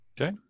Okay